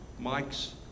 Mike's